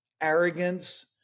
arrogance